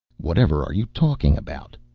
whatever are you talking about.